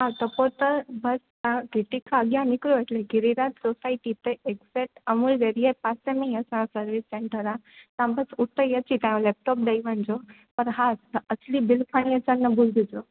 हा त पोइ त बसि तां गिटी खां अॻियां निकिरो एटले गिरीराज सोसाइटी त हिकु साइड अमुल डेरी जे पासे में ई असांजो सर्विस सेंटर आहे तव्हां बसि उते ई अची तव्हां लेपटॉप ॾेई वञिजो पर हा तव्हां असली बिल खणी अचण न भुलिजो